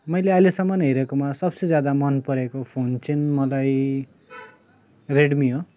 मैले अहिलेसम्म हेरेकोमा सबसे ज्यादा मन परेको फोन चाहिँ मलाई रेडमी हो